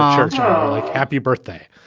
um like happy birthday.